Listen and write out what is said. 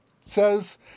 says